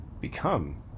become